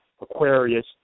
Aquarius